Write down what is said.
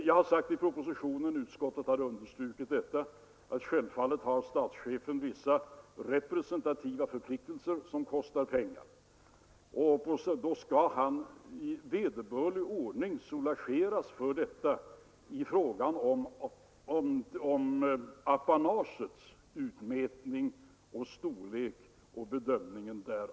Jag har sagt i propositionen, och utskottet har understrukit detta, att statschefen självfallet har vissa representativa förpliktelser som kostar pengar, och att han då i vederbörlig ordning skall soulageras för detta i fråga om tillmätningen av apanage, apanagets storlek och bedömningen därav.